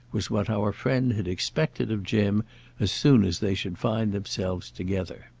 was what our friend had expected of jim as soon as they should find themselves together.